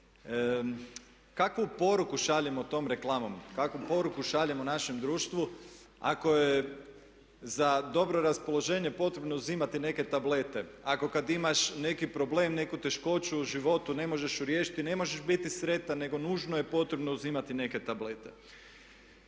Kakvu poruku šaljemo tom reklamom? Kakvu poruku šaljemo našem društvu ako je za dobro raspoloženje potrebno uzimati neke tablete? Ako kad imaš neki problem, neku teškoću u životu ne možeš je riješiti i ne možeš biti sretan nego nužno je potrebno uzimati neke tablete.